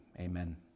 Amen